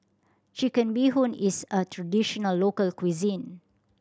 Chicken Bee Hoon is a traditional local cuisine